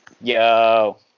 yo